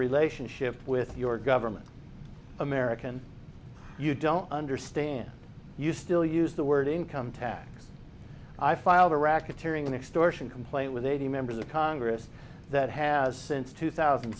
relationship with your government american you don't understand you still use the word income tax i filed a racketeering and extortion complaint with eighty members of congress that has since two thousand